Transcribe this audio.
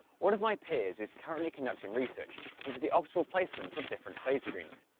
one of my peers is currently conducting research into the optimal placement of different phase screens.